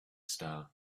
star